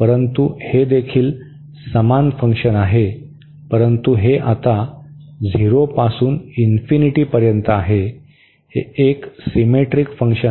परंतु हे देखील हे समान फंक्शन आहे परंतु हे आता 0 पासून पर्यंत आहे हे एक सीमेट्रिक फंक्शन आहे